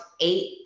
eight